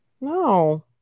No